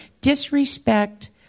disrespect